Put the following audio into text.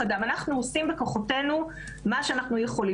אנחנו עושים בכוחותינו מה שאנחנו יכולים.